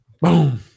Boom